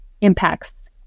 impacts